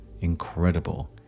incredible